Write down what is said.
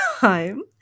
time